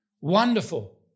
Wonderful